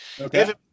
Okay